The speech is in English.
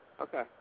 Okay